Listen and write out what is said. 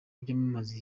byamamaza